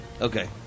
Okay